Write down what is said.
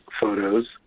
photos